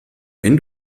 wenn